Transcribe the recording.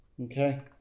okay